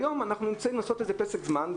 היום אנחנו צריכים לקחת איזה פסק זמן.